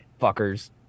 fuckers